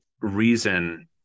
reason